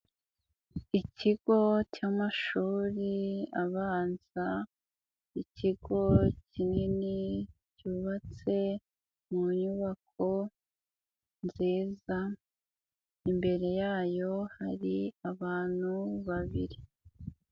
Ikigo cy'amashuri abanza, ikigo kinini cyubatse mu nyubako nziza, imbere yayo hari abantu babiri.